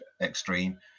extreme